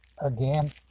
again